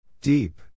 Deep